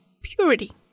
Purity